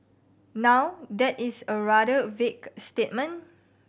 now that is a rather vague statement